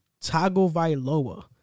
Tagovailoa